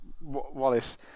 Wallace